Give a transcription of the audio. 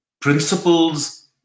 principles